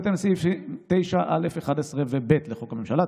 בהתאם לסעיפים 9(א)(11) ו-(ב) לחוק הממשלה,